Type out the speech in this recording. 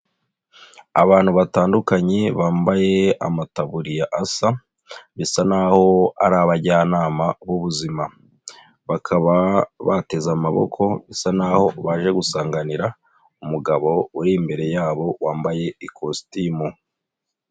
Abantu batandukanye bambaye amataburiya asa bisa n'aho ari abajyanama b'ubuzima bakaba bateze amaboko bisa n'aho baje gusanganira umugabo uri imbere yabo wambaye ikositimu.